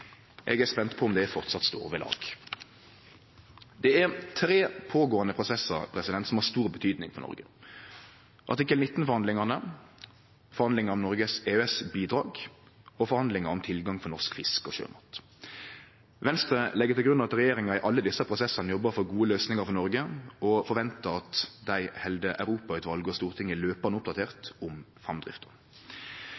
Eg er spent på om det framleis står ved lag. Det er tre pågåande prosessar som betyr mykje for Noreg: artikkel 19-forhandlingane, forhandlingar om Noreg sine EØS-bidrag og forhandlingar om tilgang for norsk fisk og sjømat. Venstre legg til grunn at regjeringa i alle desse prosessane jobbar for gode løysingar for Noreg, og forventar at dei held Europautvalet og Stortinget løpande